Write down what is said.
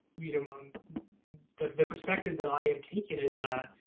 you know, among the the perspective that i have taken is that,